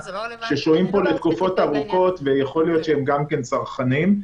ששוהים פה לתקופות ארוכות ויכול להיות שגם הם צרכנים.